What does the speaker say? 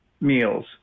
meals